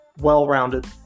well-rounded